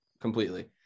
completely